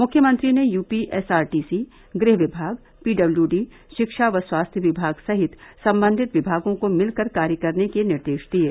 मुख्यमंत्री ने UP SRTC गृह विभाग पी डब्लू डी शिक्षा व स्वास्थ्य विभाग सहित सम्बन्धित विभागों को मिलकर कार्य करने के निर्देश दिये